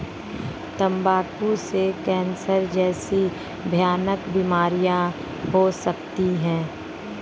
तंबाकू से कैंसर जैसी भयानक बीमारियां हो सकती है